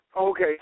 Okay